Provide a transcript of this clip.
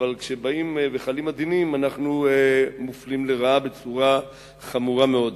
אבל כשחלים הדינים אנחנו מופלים לרעה בצורה חמורה מאוד.